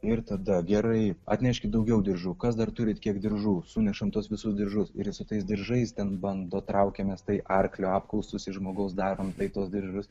ir tada gerai atnešk daugiau diržų kas dar turite kiek diržų sunešame tuos visus diržus ir jis su tais diržais ten bando traukiamės tai arklio apkaustus iš žmogaus darome tai tuos diržus